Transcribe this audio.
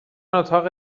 اتاق